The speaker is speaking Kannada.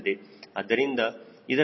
ಆದ್ದರಿಂದ ಇದರ ಮೌಲ್ಯವು 0